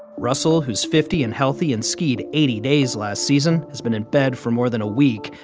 russell, who's fifty and healthy and skied eighty days last season, has been in bed for more than a week.